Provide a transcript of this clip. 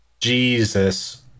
Jesus